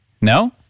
No